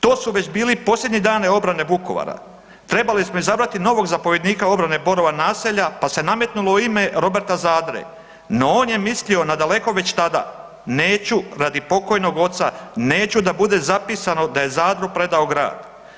To su već bili posljednji dani obrane Vukovara, trebali smo izabrati novog zapovjednika obrane Borova Naselja pa se nametnulo ime Roberta Zadre, no on je mislio nadaleko već tada, neću radi pokojnog oca, neću da bude zapisano da je Zadro predao grad.